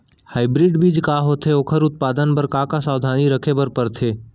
Hybrid बीज का होथे अऊ ओखर उत्पादन बर का का सावधानी रखे बर परथे?